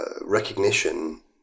recognition